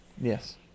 Yes